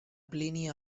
plini